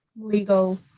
legal